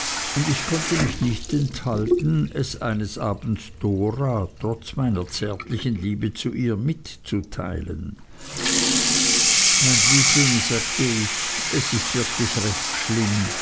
und ich konnte mich nicht enthalten es eines abends dora trotz meiner zärtlichen liebe zu ihr mitzuteilen mein liebling sagte ich es ist wirklich recht schlimm